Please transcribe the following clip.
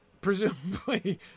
Presumably